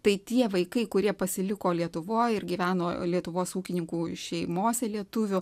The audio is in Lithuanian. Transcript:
tai tie vaikai kurie pasiliko lietuvoj ir gyveno lietuvos ūkininkų šeimose lietuvių